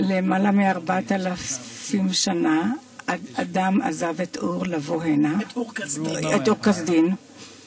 לפני כמעט 4,000 שנה איש אחד עזב את ביתו באור כשדים כדי להגיע לכאן,